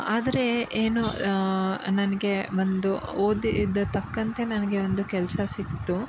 ಆದರೆ ಏನು ನನಗೆ ಒಂದು ಓದಿದ ತಕ್ಕಂತೆ ನನಗೆ ಒಂದು ಕೆಲಸ ಸಿಕ್ತು